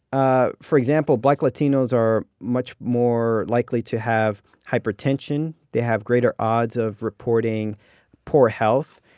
ah for example, black latinos are much more likely to have hypertension. they have greater odds of reporting poor health.